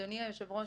אדוני היושב-ראש,